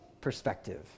perspective